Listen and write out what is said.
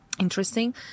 Interesting